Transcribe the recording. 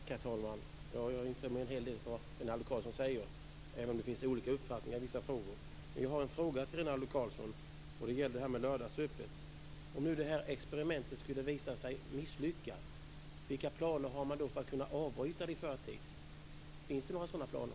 Herr talman! Jag instämmer i en hel del av det som Rinaldo Karlsson säger, även om det finns olika uppfattningar i vissa frågor. Jag har en fråga till Rinaldo Karlsson som gäller det här med lördagsöppet: Vilka planer har man för att kunna avbryta det här experimentet i förtid om det skulle visa sig misslyckat? Finns det några sådana planer?